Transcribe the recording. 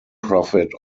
profit